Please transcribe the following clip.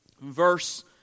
verse